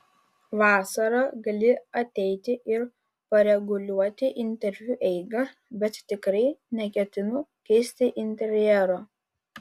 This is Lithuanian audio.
vasara gali ateiti ir pareguliuoti interviu eigą bet tikrai neketinu keisti interjero